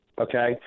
Okay